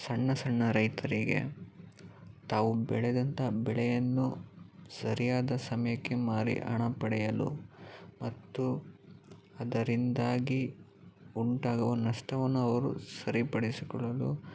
ಸಣ್ಣ ಸಣ್ಣ ರೈತರಿಗೆ ತಾವು ಬೆಳೆದಂಥ ಬೆಳೆಯನ್ನು ಸರಿಯಾದ ಸಮಯಕ್ಕೆ ಮಾರಿ ಹಣ ಪಡೆಯಲು ಮತ್ತು ಅದರಿಂದಾಗಿ ಉಂಟಾಗುವ ನಷ್ಟವನ್ನು ಅವರು ಸರಿಪಡಿಸಿಕೊಳ್ಳಲು